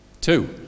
Two